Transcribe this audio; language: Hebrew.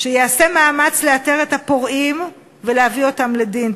שייעשה מאמץ לאתר את הפורעים ולהביא אותם לדין.